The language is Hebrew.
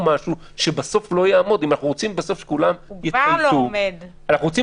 קודם כל, אני יודע ולכן